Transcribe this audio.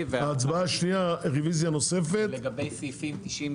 רביזיה נוספת, סעיפים 96,